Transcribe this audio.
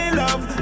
love